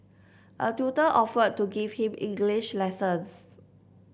a tutor offered to give him English lessons